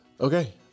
Okay